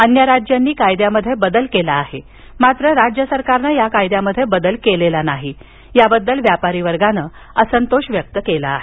अन्य राज्यांनी कायद्यामध्ये बदल केला आहे मात्र राज्य सरकारने या कायद्यामध्ये बदल केलेला नाही याबद्दल व्यापाऱ्यांनी असंतोष व्यक्त केला आहे